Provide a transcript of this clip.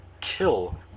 kill